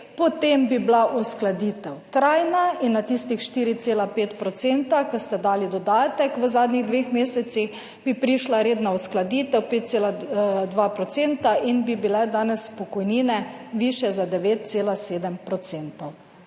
potem bi bila uskladitev trajna in na tistih 4,5 % ko ste dali dodatek v zadnjih dveh mesecih, bi prišla redna uskladitev 5,2 %in bi bile danes pokojnine višje za 9,7